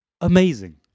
amazing